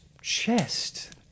chest